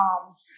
arms